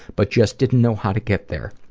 but just didn't know how to get there.